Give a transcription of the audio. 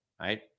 Right